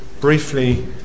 briefly